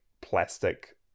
plastic